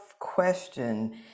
question